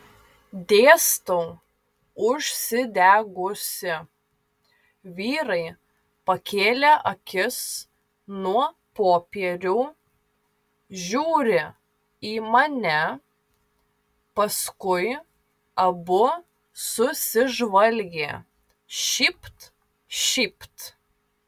dėstau užsidegusi vyrai pakėlė akis nuo popierių žiūri į mane paskui abu susižvalgė šypt šypt